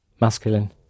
Masculine